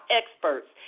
experts